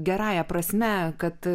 gerąja prasme kad